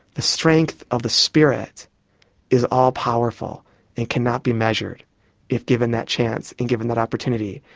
the strength of the spirit is all powerful and cannot be measured if given that chance and given that opportunity.